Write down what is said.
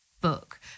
book